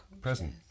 present